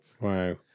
Wow